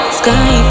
sky